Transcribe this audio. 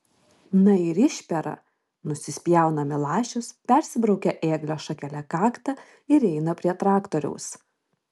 na ir išpera nusispjauna milašius persibraukia ėglio šakele kaktą ir eina prie traktoriaus